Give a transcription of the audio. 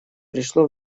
пришло